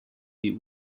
die